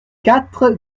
quatre